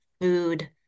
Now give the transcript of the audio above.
food